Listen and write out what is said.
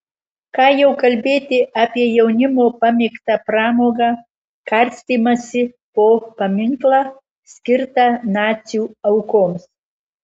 ką jau kalbėti apie jaunimo pamėgtą pramogą karstymąsi po paminklą skirtą nacių aukoms